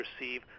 receive